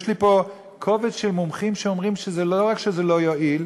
יש לי קובץ של מומחים שאומרים שלא רק שזה לא יועיל,